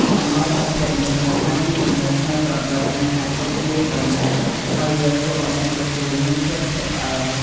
អំណោយប្រភេទនេះបង្ហាញពីគំនិតច្នៃប្រឌិត និងការគិតគូររបស់អ្នក ហើយវាធ្វើឱ្យអ្នកទទួលមានភាពភ្ញាក់ផ្អើល។